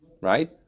right